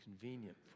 convenient